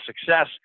Success